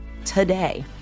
Today